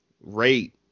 rate